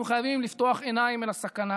אנחנו חייבים לפתוח עיניים אל הסכנה